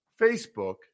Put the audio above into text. Facebook